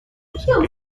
using